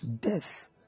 Death